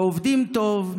שעובדים טוב,